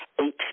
Eight